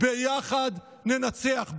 ביחד ננצח.